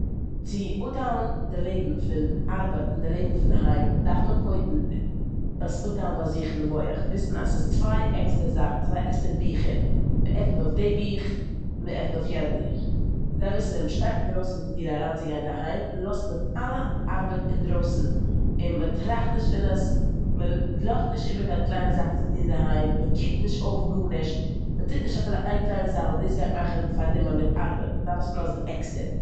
צו אפטיילן די לעבן פון ארבעט און די לעבן פון דער היים דארף מען קודם עס אפטיילן ביי זיך אין די מח, וויסן אז ס'איז צוויי עקסטערע זאכן, צוויי עקסטערע ביכער. מ'עפנט אויף די ביך און מ'עפנט אויף יענע ביך. אויף מ'דארף וויסן אז ווען מ'שטייט אינדרויסן פון די טיר אריינצוגיין אינדערהיים לאזט מען אלע ארבעט אינדרויסן און מ'טראכט נישט פון עס, מ'לאזט נישט איבער קיין קליינע זאכן צו טון אינדערהיים, מ'קוקט נישט אויף גארנישט, מ'טוט נישט אפילו איין קליינע זאך ווייל דאס גייט מאכן פארנומען מיט ארבעט. מ'דארף עס לאזן עקסטער.